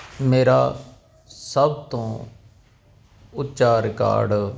ਮੇਰਾ ਸਭ ਤੋਂ ਉੱਚਾ ਰਿਕਾਰਡ